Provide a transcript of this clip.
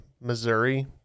Missouri